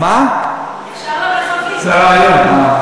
זה רעיון.